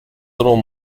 little